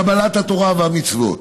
קבלת התורה והמצוות.